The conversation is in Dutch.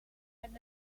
met